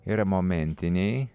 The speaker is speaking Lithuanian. yra momentiniai